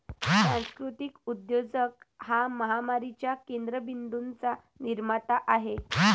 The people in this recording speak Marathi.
सांस्कृतिक उद्योजक हा महामारीच्या केंद्र बिंदूंचा निर्माता आहे